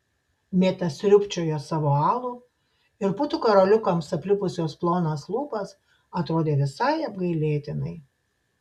mėta sriubčiojo savo alų ir putų karoliukams aplipus jos plonas lūpas atrodė visai apgailėtinai